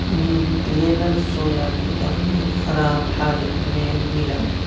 Nutrela soya کے دانے خراب حالت میں ملا